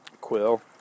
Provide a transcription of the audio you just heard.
quill